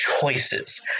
choices